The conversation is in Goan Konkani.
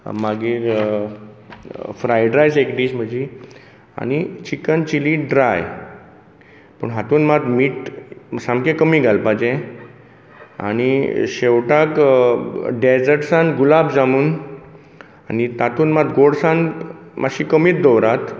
मागीर फ्रायड रायस एक डिश म्हजी आनी चिकन चिली ड्राय पूण हातूंत मात मीट सामके कमी घालपाचे आनी शेवटाक डेजट्सान गुलाब जामून आनी तातूंत मात गोडसाण मातशी कमीत दवरात